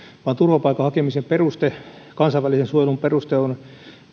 vaan turvapaikan hakemisen peruste kansainvälisen suojelun peruste on